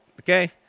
okay